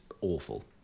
awful